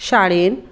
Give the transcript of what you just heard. शाळेंत